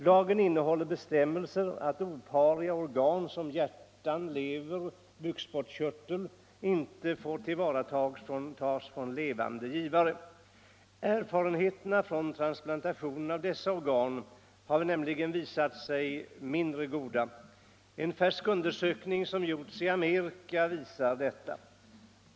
Lagen innehåller bestämmelse om att opariga organ som hjärta, lever och bukspottkörteln inte får tillvaratagas från levande givare. Erfarenheterna från transplantation av dessa organ har också visat sig mindre goda. En färsk undersökning som gjorts i Amerika visar detta.